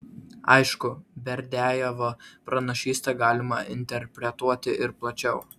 aišku berdiajevo pranašystę galima interpretuoti ir plačiau